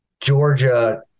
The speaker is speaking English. Georgia